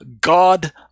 God